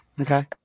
Okay